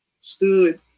stood